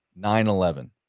9-11